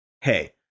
Hey